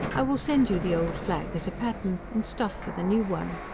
i will send you the old flag as a pattern, and stuff for the new one.